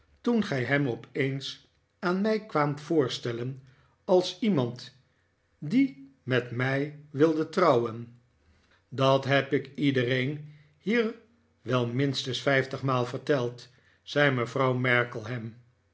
toen gij hem opeens aan mij kwaamt voorstellen als iemand die net mij wilde trouwen dat heb ik iedereen hier wel minstens vijftigmaal verteld zei mevrouw markleham